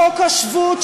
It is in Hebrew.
חוק השבות,